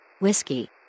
Whiskey